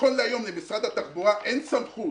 נכון להיום למשרד התחבורה אין סמכות